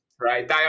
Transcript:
right